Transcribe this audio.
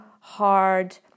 hard